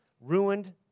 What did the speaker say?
ruined